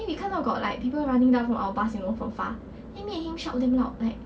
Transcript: then we 看到 got like people running down from our bus you know from far then me and him shout damn loud like